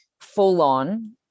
full-on